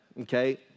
Okay